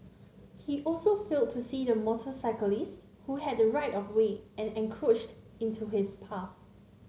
he also failed to see the motorcyclist who had the right of way and encroached into his path